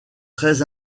très